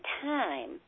time